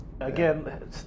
again